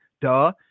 duh